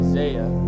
Isaiah